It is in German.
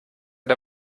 der